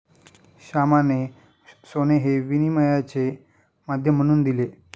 श्यामाने सोने हे विनिमयाचे माध्यम म्हणून दिले